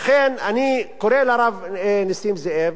לכן, אני קורא לרב נסים זאב